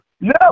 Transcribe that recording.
No